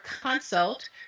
consult